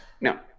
no